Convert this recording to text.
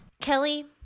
Kelly